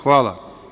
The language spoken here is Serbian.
Hvala.